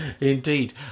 Indeed